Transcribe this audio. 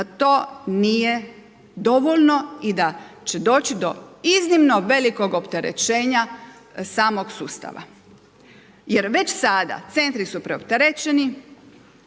to nije dovoljno i da će doći do iznimno velikog opterećenja samog sustava, jer već sada centri su preopterećeni